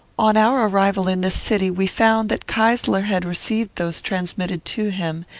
on our arrival in this city, we found that keysler had received those transmitted to him,